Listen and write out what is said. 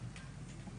צריף.